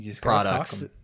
products